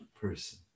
person